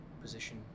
position